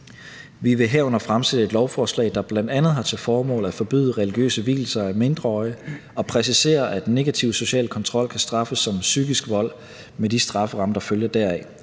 Vi vil herunder fremsætte et lovforslag, der bl.a. har til formål at forbyde religiøse vielser af mindreårige og præcisere, at negativ social kontrol kan straffes som psykisk vold med de strafferammer, der følger deraf.